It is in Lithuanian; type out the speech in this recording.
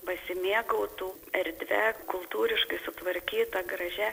pasimėgautų erdve kultūriškai sutvarkyta gražia